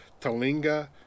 Talinga